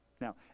Now